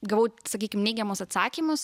gavau sakykim neigiamus atsakymus